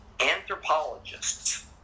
Anthropologists